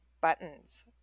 buttons